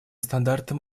стандартам